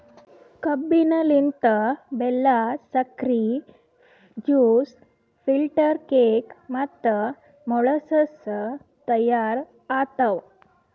ಕಬ್ಬಿನ ಲಿಂತ್ ಬೆಲ್ಲಾ, ಸಕ್ರಿ, ಜ್ಯೂಸ್, ಫಿಲ್ಟರ್ ಕೇಕ್ ಮತ್ತ ಮೊಳಸಸ್ ತೈಯಾರ್ ಆತವ್